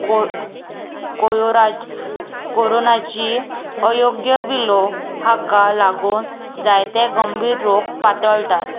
कोय कोराज कोरोनाची अयोग्य विलो हाका लागून जायते गंभीर रोग पातळटात